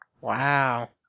Wow